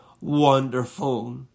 wonderful